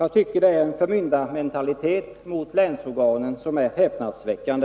Jag tycker det är en förmyndarmentalitet mot länsorganen som är häpnadsväckande.